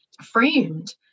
framed